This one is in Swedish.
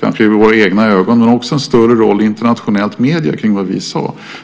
kanske i våra egna ögon men också i internationella medier.